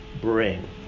bring